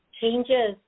changes